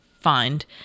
Find